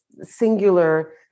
singular